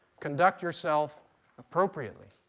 conduct yourself appropriately.